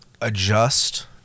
adjust